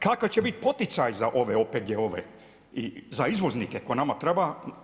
Kakva će biti poticaj za ove OPG-ove, za izvoznike, koji nama treba.